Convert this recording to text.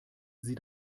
sie